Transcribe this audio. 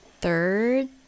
third